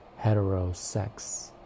heterosex